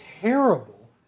terrible